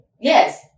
Yes